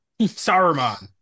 Saruman